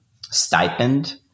stipend